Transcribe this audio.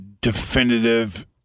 definitive